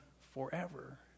forever